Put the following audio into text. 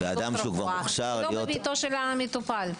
לא בבית המטופל.